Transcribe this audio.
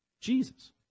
Jesus